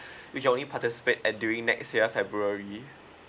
we can only participate at during next year february